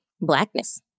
blackness